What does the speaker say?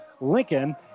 Lincoln